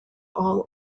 all